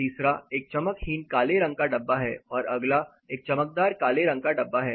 तीसरा एक चमकहीन काले रंग का डब्बा है और अगला एक चमकदार काले रंग का डब्बा है